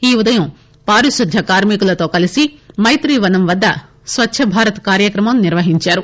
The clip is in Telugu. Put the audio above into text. ఈ ఉదయం పారిశుద్ద్య కార్మికులతో కలిసి మొత్రీవనం వద్ద స్వచ్చభారత్ కార్యక్రమం నిర్వహించారు